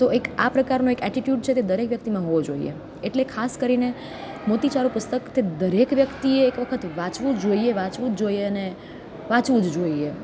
તો એક આ પ્રકારનો એક એટીટ્યુડ છે તે દરેક વ્યક્તિમાં હોવો જોઈએ એટલે ખાસ કરીને મોતીચારો પુસ્તક તે દરેક વ્યક્તિએ એક વખત વાંચવું જોઈએ વાંચવું જોઈએ અને વાંચવું જ જોઈએ